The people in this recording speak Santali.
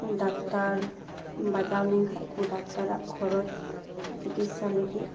ᱰᱟᱠᱛᱟᱨ ᱵᱟᱡᱟᱣ ᱞᱮᱱ ᱠᱷᱚᱡ ᱠᱚ ᱰᱟᱠᱴᱟᱨᱟᱜ ᱠᱷᱚᱨᱚᱪ ᱪᱤᱠᱤᱥᱟ ᱞᱟᱹᱜᱤᱫ